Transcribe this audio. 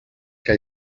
que